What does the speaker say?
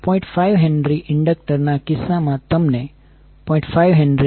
5 henry inductor ના કિસ્સામાં તમને 0